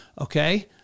Okay